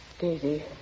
Daisy